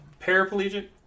Paraplegic